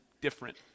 different